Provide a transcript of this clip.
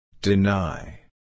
Deny